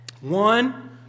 One